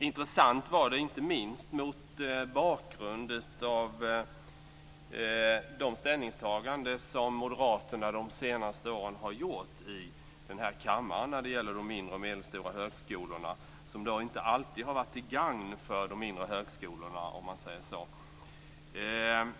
Intressant var det inte minst mot bakgrund av de ställningstaganden som moderaterna de senaste åren har gjort i den här kammaren när det gällt de mindre och medelstora högskolorna. Det har inte alltid varit till gagn för de mindre högskolorna, om man säger så.